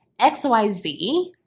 xyz